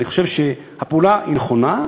אבל אני חושב שהפעולה היא נכונה.